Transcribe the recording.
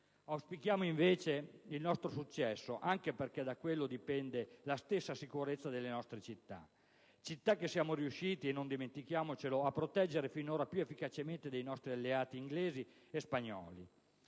Auspichiamo invece il nostro successo, anche perché da quello dipende la stessa sicurezza delle nostra città: città che siamo riusciti - e non dimentichiamocelo - a proteggere finora più efficacemente dei nostri alleati inglesi e spagnoli.